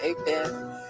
Amen